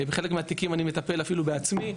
בחלק מהתיקים אני מטפל אפילו בעצמי,